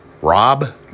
Rob